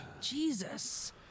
Jesus